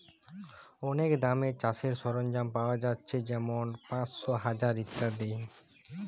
অনেক দামে চাষের সরঞ্জাম পায়া যাচ্ছে যেমন পাঁচশ, হাজার ইত্যাদি